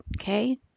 okay